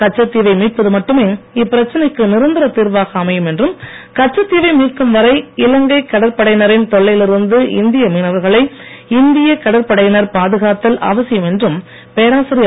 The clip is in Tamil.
கச்சத் தீவை மீட்பது மட்டுமே இப்பிரச்சனைக்கு நிரந்தரத் தீர்வாக அமையும் என்றும் கச்சத் தீவை மீட்கும் வரை இலங்கை கடற்படையினரின் தொல்லையில் இருந்து இந்திய மீனவர்களை இந்திய கடற்படையினர் பாதுகாத்தல் அவசியம் என்றும் பேராசிரியர்